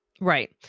Right